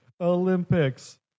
Olympics